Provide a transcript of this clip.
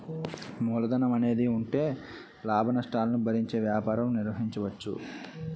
మూలధనం అనేది ఉంటే లాభనష్టాలను భరించే వ్యాపారం నిర్వహించవచ్చు